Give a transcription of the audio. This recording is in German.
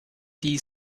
die